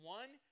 one